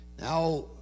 Now